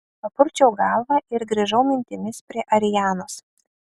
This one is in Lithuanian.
papurčiau galvą ir grįžau mintimis prie arianos